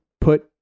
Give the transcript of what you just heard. put